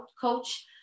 coach